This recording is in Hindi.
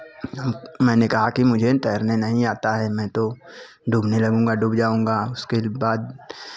हम मैंने कहा कि मुझे तैरने नहीं आता है मैं तो डूबने लगूंगा डूब जाऊंगा उसके बाद